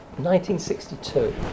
1962